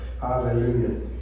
Hallelujah